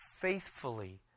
faithfully